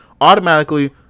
Automatically